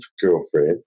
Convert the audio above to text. girlfriend